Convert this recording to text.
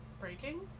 breaking